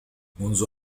منذ